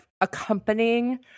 accompanying